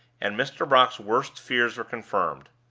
and mr. brock's worst fears were confirmed.